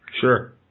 Sure